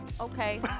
Okay